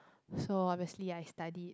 so obviously I studied